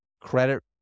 Credit